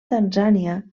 tanzània